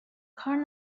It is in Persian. کار